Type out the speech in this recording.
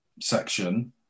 section